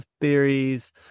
theories